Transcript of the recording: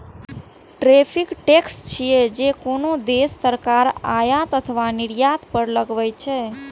tariff tax छियै, जे कोनो देशक सरकार आयात अथवा निर्यात पर लगबै छै